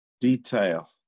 detail